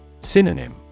Synonym